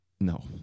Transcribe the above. no